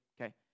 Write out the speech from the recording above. Okay